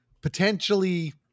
potentially